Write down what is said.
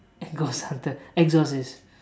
ghost hunter exorcist